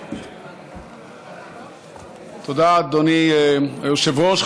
תודה, אדוני היושב-ראש.